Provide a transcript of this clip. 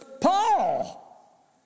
Paul